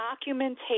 documentation